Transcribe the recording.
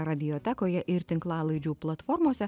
radiotekoje ir tinklalaidžių platformose